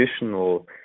additional